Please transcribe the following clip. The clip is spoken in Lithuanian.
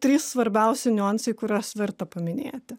trys svarbiausi niuansai kuriuos verta paminėti